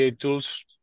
tools